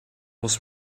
was